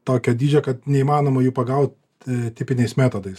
tokio dydžio kad neįmanoma jų pagaut tipiniais metodais